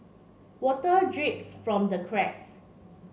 water drips from the cracks